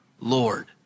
Lord